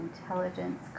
intelligence